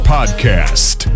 Podcast